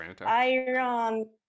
Iron